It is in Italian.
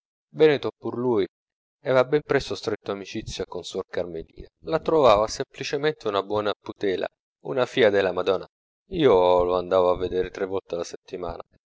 veneto pur lui aveva ben presto stretto amicizia con suor carmelina la trovava semplicemente una buona putela una fia de la madona io lo andavo a vedere tre volte alla settimana